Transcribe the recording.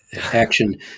action